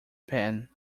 pen